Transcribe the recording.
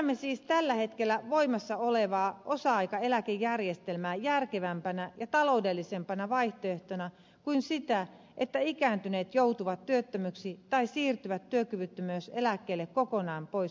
pidämme siis tällä hetkellä voimassa olevaa osa aikaeläkejärjestelmää järkevämpänä ja taloudellisempana vaihtoehtona kuin sitä että ikääntyneet joutuvat työttömiksi tai siirtyvät työkyvyttömyyseläkkeelle kokonaan pois työelämästä